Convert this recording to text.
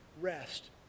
rest